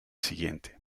siguiente